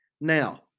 Now